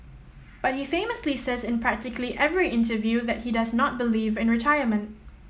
but he famously says in practically every interview that he does not believe in retirement